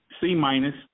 C-minus